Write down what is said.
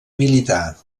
militar